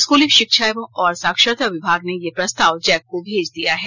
स्कूली शिक्षा और साक्षरता विभाग ने यह प्रस्ताव जैक को भेज दिया है